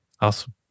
Awesome